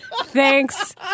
Thanks